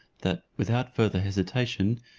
that, without further hesitation,